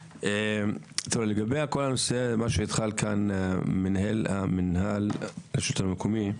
לגבי כל הנושא שאמר כאן מנהל המינהל של הרשות המקומית,